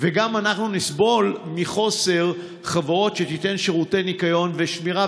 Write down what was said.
וגם אנחנו נסבול מחוסר חברות שייתנו שירותי ניקיון ושמירה,